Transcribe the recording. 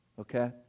okay